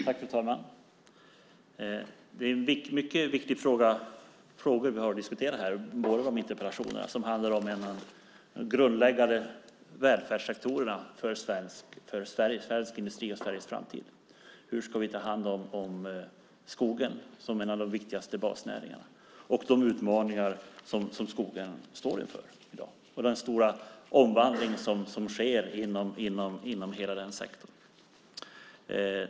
Fru talman! Det är mycket viktiga frågor vi har att diskutera i båda de här interpellationerna som handlar om en av de grundläggande välfärdssektorerna för svensk industri och Sveriges framtid. Hur ska vi ta hand om skogen, som är en av de viktigaste basnäringarna? Hur ska vi möta de utmaningar som skogen står inför i dag och den stora omvandling som sker inom hela den sektorn?